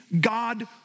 God